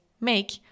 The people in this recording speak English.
make